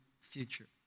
future